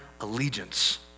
allegiance